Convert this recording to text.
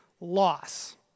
loss